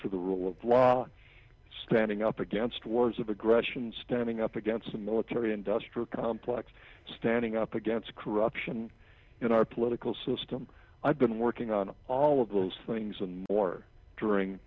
for the rule of law standing up against wars of aggression standing up against the military industrial complex standing up against corruption in our political system i've been working on all of those things and more during